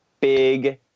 big